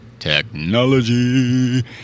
technology